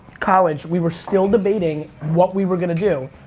college, we were still debating what we were gonna do.